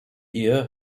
ehe